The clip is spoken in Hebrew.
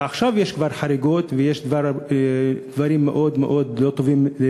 ועכשיו יש כבר חריגות ויש דברים מאוד מאוד לא טובים,